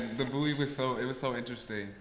the movie was so it was so interesting,